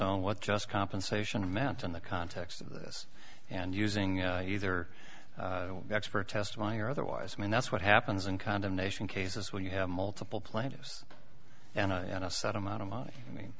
own what just compensation amounts in the context of this and using either expert testifying or otherwise i mean that's what happens in condemnation cases when you have multiple plaintiffs and a set amount of money i mean